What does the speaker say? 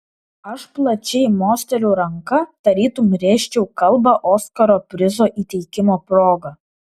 aš plačiai mosteliu ranka tarytum rėžčiau kalbą oskaro prizo įteikimo proga